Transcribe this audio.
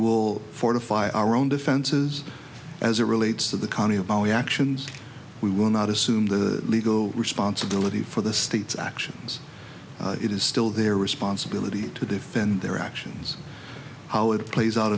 fortify our own defenses as it relates to the county of our actions we will not assume the legal responsibility for the state's actions it is still their responsibility to defend their actions how it plays out